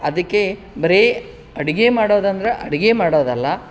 ಅದಕ್ಕೆ ಬರೇ ಅಡುಗೆ ಮಾಡೋದಂದ್ರೆ ಅಡುಗೆ ಮಾಡೋದಲ್ಲ